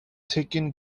taken